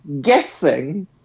guessing